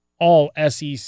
All-SEC